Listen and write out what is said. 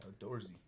Outdoorsy